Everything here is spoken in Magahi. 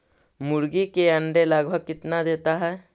मुर्गी के अंडे लगभग कितना देता है?